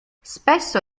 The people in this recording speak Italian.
spesso